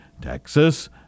Texas